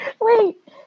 Wait